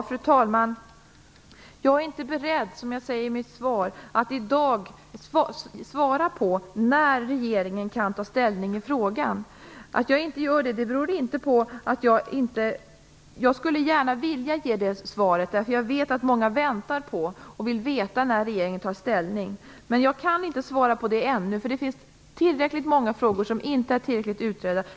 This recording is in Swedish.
Fru talman! Jag är inte beredd, som jag säger i mitt svar, att i dag svara på när regeringen kan ta ställning i frågan. Jag skulle gärna vilja ge det svaret, eftersom jag vet att många väntar på det och vill veta när regeringen tar ställning. Men jag kan inte svara på det än. Det finns tillräckligt många frågor som inte är tillräckligt utredda.